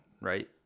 right